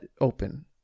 open